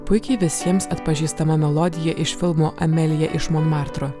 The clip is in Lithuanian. puikiai visiems atpažįstama melodija iš filmo amelija iš monmartro